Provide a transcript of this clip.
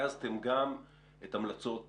ריכזתם גם את המלצות צה"ל,